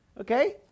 okay